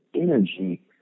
energy